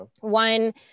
One